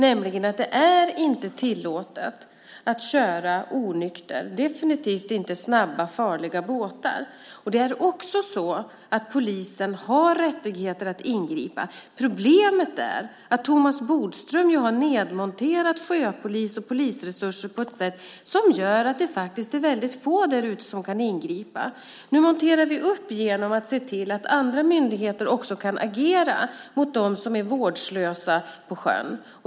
Det är inte tillåtet att köra onykter, definitivt inte med snabba farliga båtar. Polisen har också rätt att ingripa. Problemet är att Thomas Bodström har nedmonterat sjöpolis och polisresurser på ett sätt som gör att det faktiskt är mycket få därute som kan ingripa. Nu monterar vi upp detta genom att se till att också andra myndigheter kan agera mot dem som är vårdslösa på sjön.